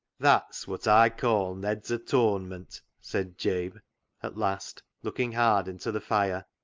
that's wot i calls ned's atonement, said jabe at last, looking hard into the fire.